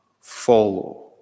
follow